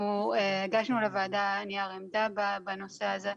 אנחנו הגשנו לוועדה נייר עמדה בנושא הזה.